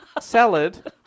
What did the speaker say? Salad